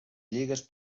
lligues